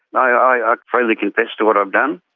and i ah i ah freely confess to what i've done.